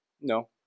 No